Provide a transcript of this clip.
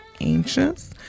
anxious